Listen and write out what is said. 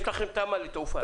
יש לכם תמ"א לתעופה, נכון?